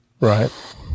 Right